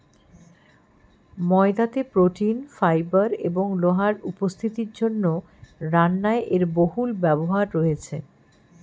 ময়দাতে protein, fibre এবং লোহার উপস্থিতির জন্য রান্নায় এর বহুল ব্যবহার রয়েছে